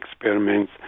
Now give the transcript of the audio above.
experiments